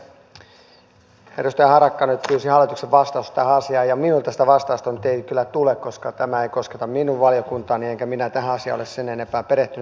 edustaja harakka nyt pyysi hallituksen vastausta tähän asiaan ja minulta sitä vastausta ei nyt kyllä tule koska tämä ei kosketa minun valiokuntaani enkä minä tähän asiaan ole sen enempää perehtynyt